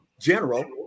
general